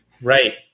Right